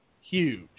Huge